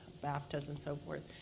baftas ans so forth.